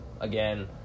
Again